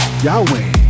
Yahweh